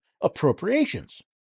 appropriations